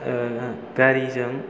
गारिजों